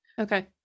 Okay